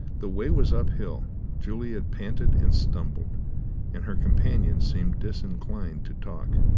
the way was uphill juliet panted and stumbled and her companion seemed disinclined to talk.